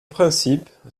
principe